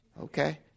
Okay